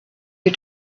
you